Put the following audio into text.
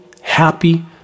happy